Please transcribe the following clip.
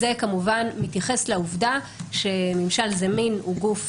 זה כמובן מתייחס לעובדה שממשל זמין הוא גוף